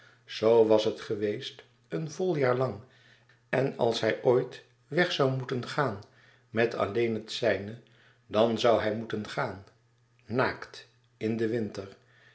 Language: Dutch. zoo was het geweest een vol jaar lang en als hij ooit weg zoû moeten gaan met alleen het zijne dan zou hij moeten gaan naakt in den winter